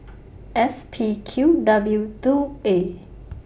S P Q W two A